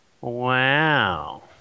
Wow